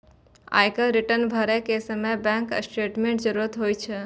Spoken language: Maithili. आयकर रिटर्न भरै के समय बैंक स्टेटमेंटक जरूरत होइ छै